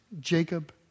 Jacob